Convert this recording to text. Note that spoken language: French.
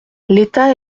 l’état